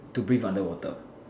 to breathe underwater